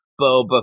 Boba